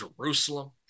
Jerusalem